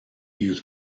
youth